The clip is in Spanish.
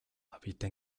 habita